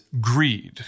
greed